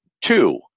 two